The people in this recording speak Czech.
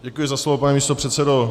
Děkuji za slovo, pane místopředsedo.